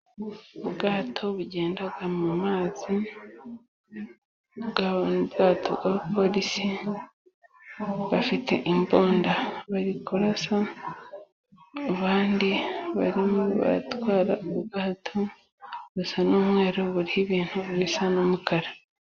Ubwato bugenda mu mazi bw' abapolisi bafite imbunda bari kurasa abandi barimo batwara. Ubwato busa n'mweru buriho ibintu bisa n'umukara.